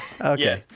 Okay